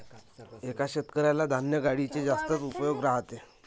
एका शेतकऱ्याला धान्य गाडीचे जास्तच उपयोग राहते